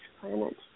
planet